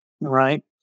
right